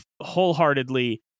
wholeheartedly